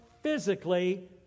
physically